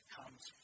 comes